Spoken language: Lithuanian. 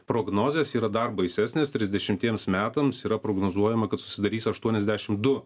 prognozės yra dar baisesnės trisdešimtiems metams yra prognozuojama kad susidarys aštuoniasdešimt du